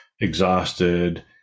exhausted